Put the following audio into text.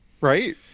right